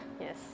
Yes